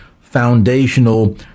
foundational